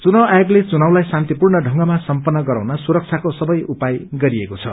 चुनाव आयोगले चुनावलाई शान्तिपूर्ण ढंगमा सम्पन्न गराउन सुरक्षाको सबै उपाय गरिएको छ